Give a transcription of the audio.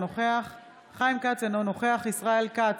אינו נוכח חיים כץ,